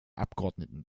abgeordneten